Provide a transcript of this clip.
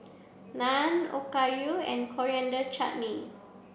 Naan Okayu and Coriander Chutney